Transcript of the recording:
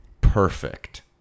perfect